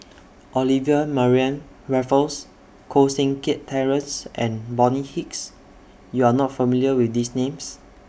Olivia Mariamne Raffles Koh Seng Kiat Terence and Bonny Hicks YOU Are not familiar with These Names